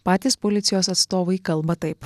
patys policijos atstovai kalba taip